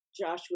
Joshua